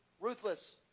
ruthless